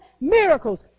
miracles